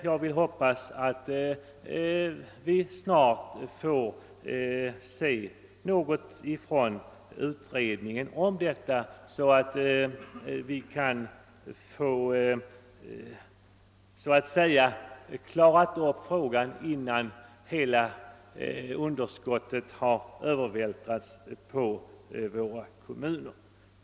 Jag hoppas att bussbidragsutredningen snart kommer att framlägga ett förslag så att hela problemet så att säga kan lösas, innan hela underskottet har övervältrats på våra kommuner.